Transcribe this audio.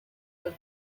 was